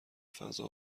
فضا